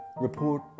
Report